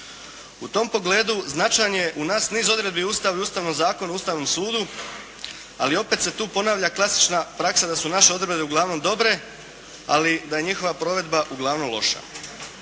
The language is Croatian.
U tom pogledu značajan je u nas niz odredbi u Ustavu, Ustavnom zakonu i Ustavnom sudu ali opet se tu ponavlja klasična praksa da su naše odredbe uglavnom dobre ali da je njihova provedba uglavnom loša.